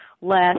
less